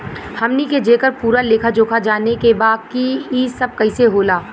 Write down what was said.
हमनी के जेकर पूरा लेखा जोखा जाने के बा की ई सब कैसे होला?